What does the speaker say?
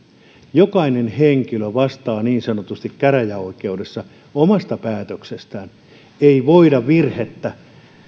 jokainen henkilö vastaa niin sanotusti käräjäoikeudessa omasta päätöksestään ei voida virhettä